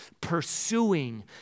pursuing